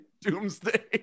Doomsday